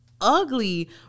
ugly